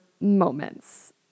moments